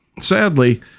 Sadly